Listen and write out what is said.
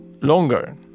longer